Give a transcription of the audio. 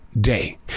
day